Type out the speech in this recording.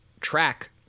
track